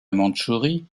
mandchourie